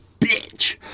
bitch